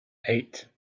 eight